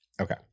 Okay